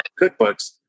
cookbooks